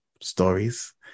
stories